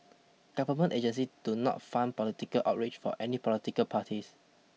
government agency do not fund political outreach for any political parties